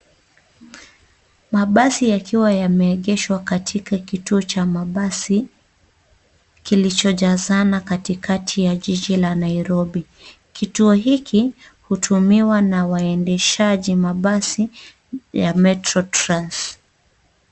Mabasi yakiwa yameegeshwa katika kituo cha mabasi kilichojazana katikati ya jiji la Nairobi. Kituo hiki hutumiwa na waendeshaji mabasi ya Metro trans.